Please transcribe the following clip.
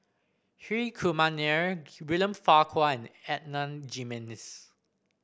Hri Kumar Nair William Farquhar and Adan Jimenez